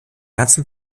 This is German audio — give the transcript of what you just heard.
ganzen